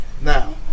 now